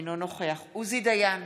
אינו נוכח עוזי דיין,